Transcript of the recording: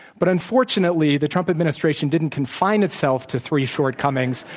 but unfortunately, the trump administration didn't confine itself to three shortcomings,